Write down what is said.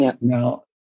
Now